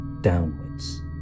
downwards